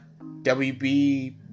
WB